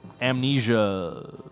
amnesia